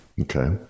Okay